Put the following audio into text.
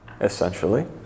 essentially